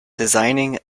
designing